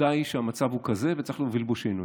העובדה היא שהמצב הוא כזה וצריך להוביל בו שינוי.